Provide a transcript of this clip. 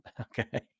okay